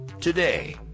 today